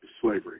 slavery